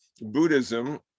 Buddhism